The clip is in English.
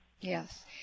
Yes